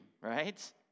right